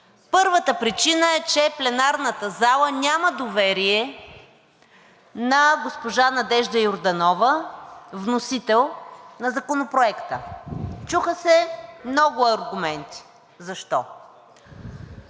Първата причина е, че пленарната зала няма доверие на госпожа Надежда Йорданова – вносител на Законопроекта. Чуха се много аргументи защо.